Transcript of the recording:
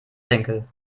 senkel